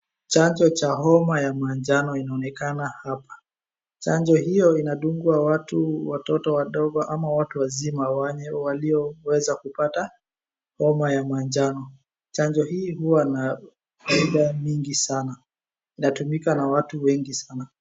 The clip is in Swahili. Chanjo cha homa ya manjano inaonekana hapa. Chanjo hio inadungwa watu, watoto wadogo ama watu wazima wenye walioweza kupata, homa ya manjano. Chanjo hii huwa na faida mingi sana. Inatumika na watu wengi sana.